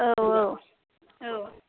औ औ औ